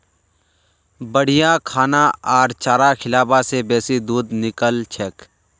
बढ़िया खाना आर चारा खिलाबा से बेसी दूध निकलछेक